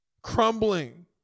Crumbling